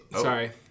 Sorry